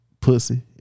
pussy